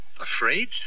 Afraid